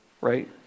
right